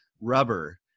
Rubber